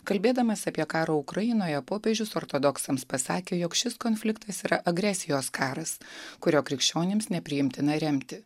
kalbėdamas apie karą ukrainoje popiežius ortodoksams pasakė jog šis konfliktas yra agresijos karas kurio krikščionims nepriimtina remti